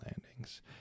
landings